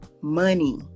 money